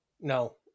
No